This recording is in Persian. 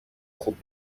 خوب